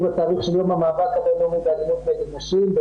זה התאריך של יום המאבק הבינלאומי באלימות נגד נשים,